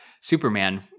superman